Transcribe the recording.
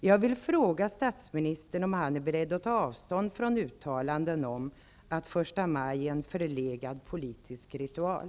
Jag vill fråga statsministern om han är beredd att ta avstånd från uttalanden om att första maj är en förlegad politisk ritual.